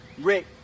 Rick